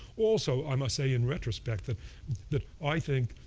also, i must say in retrospect that that i think